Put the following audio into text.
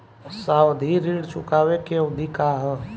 सावधि ऋण चुकावे के अवधि का ह?